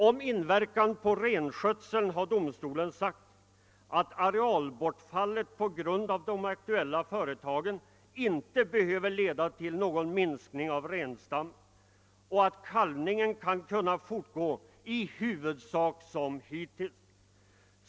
Om inverkan på renskötseln har domstolen sagt att arealbortfallet på grund av de aktuella företagen inte behöver leda till någon minskning av renstammen och att kalvningen bör kunna fortgå i huvudsak som hittills.